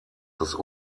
das